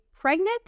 pregnant